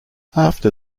after